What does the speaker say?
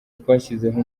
twashyizeho